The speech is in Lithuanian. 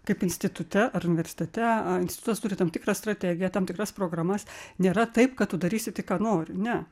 kaip institute ar universitete institutas turi tam tikrą strategiją tam tikras programas nėra taip kad tu darysi tai ką nori ne